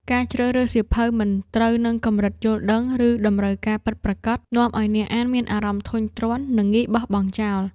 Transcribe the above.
ការជ្រើសរើសសៀវភៅមិនត្រូវនឹងកម្រិតយល់ដឹង ឬតម្រូវការពិតប្រាកដ នាំឱ្យអ្នកអានមានអារម្មណ៍ធុញទ្រាន់ និងងាយបោះបង់ចោល។